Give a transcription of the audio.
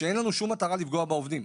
שאין לנו שום מטרה לפגוע בעובדים.